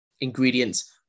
ingredients